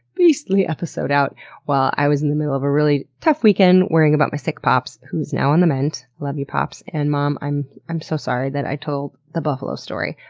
beastly episode out while i was in the middle of a really tough weekend, worrying about my sick pops, who is now on the mend. love you, pops. and mom, i'm i'm so sorry that i told the buffalo story,